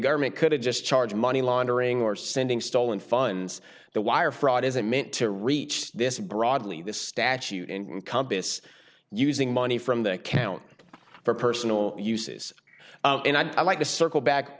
government could have just charge money laundering or sending stolen funs the wire fraud isn't meant to reach this broadly this statute in compas using money from the account for personal uses and i'd like to circle back